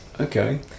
Okay